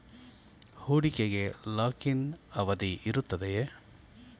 ಹೂಡಿಕೆಗೆ lock in ಅವಧಿ ಇರುತ್ತದೆಯೇ?